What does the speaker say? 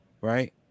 Right